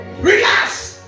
Relax